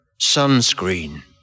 sunscreen